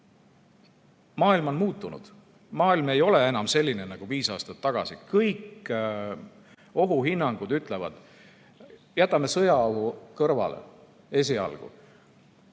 maailm on muutunud. Maailm ei ole enam selline nagu viis aastat tagasi. Kõik ohuhinnangud ütlevad –jätame sõjaohu esialgu